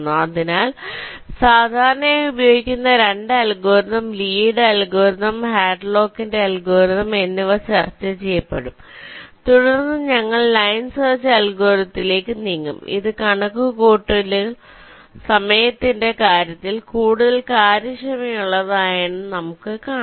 അതിനാൽ സാധാരണയായി ഉപയോഗിക്കുന്ന 2 അൽഗോരിതം ലീയുടെ അൽഗോരിതംLee's algorithm ഹാഡ്ലോക്കിന്റെ അൽഗോരിതംHadlock's algorithm എന്നിവ ചർച്ച ചെയ്യപ്പെടും തുടർന്ന് ഞങ്ങൾ ലൈൻ സെർച്ച് അൽഗോരിതത്തിലേക്ക് നീങ്ങും അത് കണക്കുകൂട്ടൽ സമയത്തിന്റെ കാര്യത്തിൽ കൂടുതൽ കാര്യക്ഷമതയുള്ളതാണെന്ന് നമുക്ക് കാണാം